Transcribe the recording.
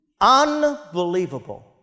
Unbelievable